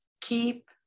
keep